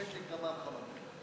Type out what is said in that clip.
יש לי כמה וכמה דברים.